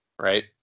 right